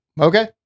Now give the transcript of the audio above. Okay